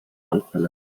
anfälle